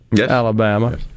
Alabama